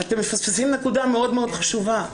אתם מפספסים נקודה מאוד מאוד חשובה.